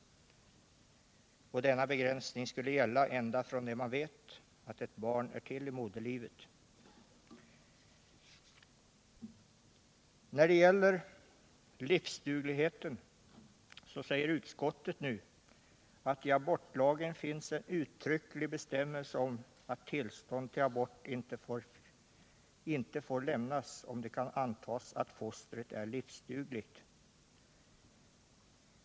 Denna begränsning bör gälla ända från det man vet att ett barn är till i moderlivet. När det gäller frågan om livsduglighet säger utskottet nu att i abortlagen finns en uttrycklig bestämmelse om att tillstånd till abort inte får lämnas om det kan antas att fostret är livsdugligt.